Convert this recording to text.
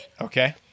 Okay